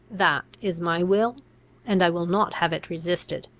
that is my will and i will not have it resisted.